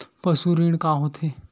पशु ऋण का होथे?